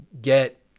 get